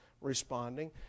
responding